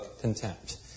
contempt